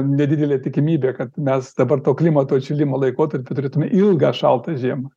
nedidelė tikimybė kad mes dabar to klimato atšilimo laikotarpiu turėtume ilgą šaltą žiemą